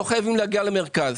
ולא חייבים להגיע למרכז.